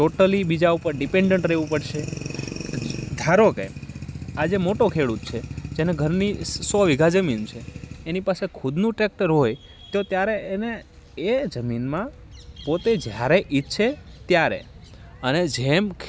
totally બીજા ઉપર dependent રહેવું પડશે ધારો કે આ જે મોટો ખેડૂત છે જેને ઘરની સો વીઘા જમીન છે એની પાસે ખુદનું ટ્રેક્ટર હોય તો ત્યારે એને એ જમીનમાં પોતે જ્યારે ઈચ્છે ત્યારે અને જેમ